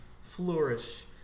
flourish